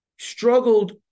struggled